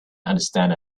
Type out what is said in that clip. understand